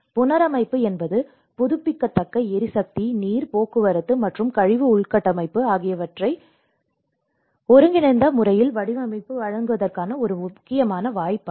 புனரமைப்பு என்பது புதுப்பிக்கத்தக்க எரிசக்தி நீர் போக்குவரத்து மற்றும் கழிவு உள்கட்டமைப்பு ஆகியவற்றை ஒருங்கிணைந்த முறையில் வடிவமைத்து வழங்குவதற்கான ஒரு முக்கியமான வாய்ப்பாகும்